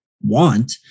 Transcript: want